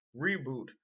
reboot